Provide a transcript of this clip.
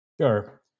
Sure